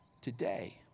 today